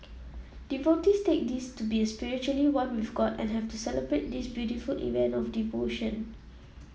devotees take this to be a spiritually one with god and have to celebrate this beautiful event of devotion